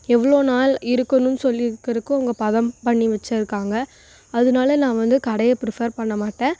எவ்வளோ நாள் இருக்கணும் சொல்லிக்கிறக்கும் அவங்க பதம் பண்ணி வச்சிருக்காங்க அதனால நான் வந்து கடையை பிரிஃபர் பண்ண மாட்டேன்